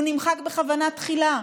הוא נמחק בכוונה תחילה,